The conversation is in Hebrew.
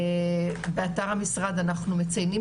באתר המשרד אנחנו מציינים,